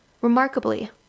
Remarkably